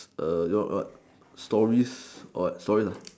err you know what stories or what stories ah